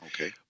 Okay